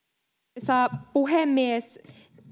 arvoisa puhemies